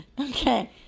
Okay